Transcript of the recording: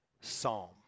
psalm